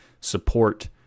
support